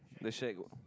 they shack